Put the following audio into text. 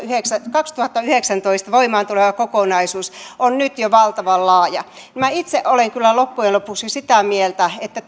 kaksituhattayhdeksäntoista voimaan tuleva kokonaisuus on nyt jo valtavan laaja niin minä itse olen kyllä loppujen lopuksi sitä mieltä että